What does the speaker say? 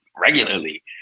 regularly